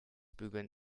bügeln